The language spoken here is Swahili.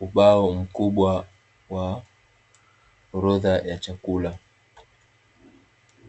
ubao mkubwa wa orodha ya chakula.